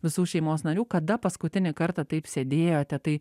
visų šeimos narių kada paskutinį kartą taip sėdėjote tai